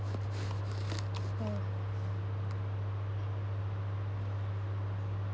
mm